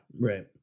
Right